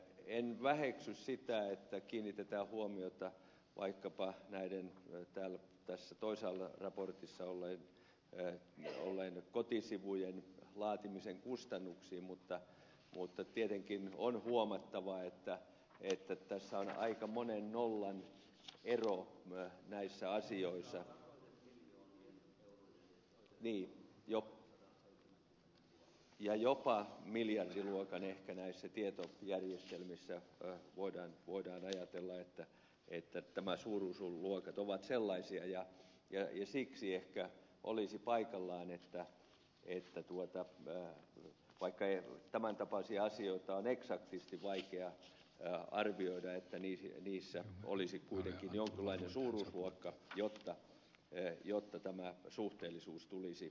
en väheksy sitä että kiinnitetään huomiota vaikkapa näiden toisaalla raportissa oleviin kotisivujen laatimisen kustannuksiin mutta tietenkin on huomattava että tässä on aika monen nollan ero näissä asioissa ja jopa miljardiluokan ehkä näin se tieto ja mikkelissä tai näissä tietojärjestelmissä voidaan ajatella että nämä suuruusluokat ovat sellaisia ja siksi ehkä olisi paikallaan vaikka tämäntapaisia asioita on eksaktisti vaikea arvioida että niissä olisi kuitenkin jonkinlainen suuruusluokka jotta tämä suhteellisuus tulisi esille